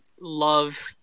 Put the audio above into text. love